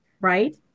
right